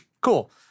cool